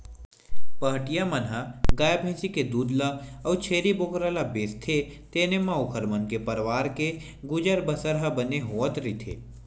पहाटिया मन ह गाय भइसी के दूद ल अउ छेरी बोकरा ल बेचथे तेने म ओखर मन के परवार के गुजर बसर ह बने होवत रहिथे